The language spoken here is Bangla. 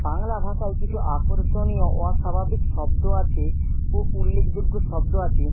বাংলা ভাষায় কিছু আকর্ষণীয় অস্বাভাবিক শব্দ আছে ও উল্লেখযোগ্য শব্দ আছে